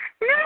No